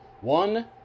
one